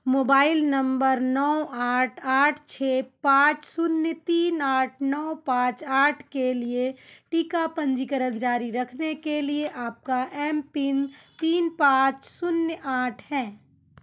mobile number नौ आठ आठ छः पाँच शून्य तीन आठ नो पाँच आठ के लिए टीका पंजीकरण जारी रखने के लिए आपका एम पिन तीन पाँच शून्य आठ है